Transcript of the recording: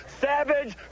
Savage